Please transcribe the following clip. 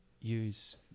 use